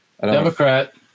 Democrat